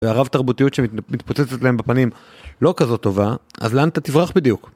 הרב תרבותיות שמתפוצצת להם בפנים לא כזאת טובה, אז לאן אתה תברח בדיוק.